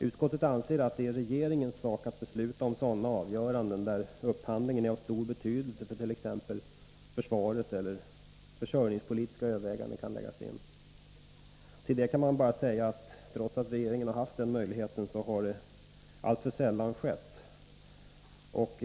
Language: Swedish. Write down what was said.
Utskottet anser att det är regeringens sak att besluta om sådana avgöranden där upphandlingen är av stor betydelse för t.ex. försvaret eller där försörjningspolitiska överväganden kan komma in i bilden. Till detta är bara att säga att regeringen allför sällan har gjort sådana bedömningar, trots att den haft dessa möjligheter.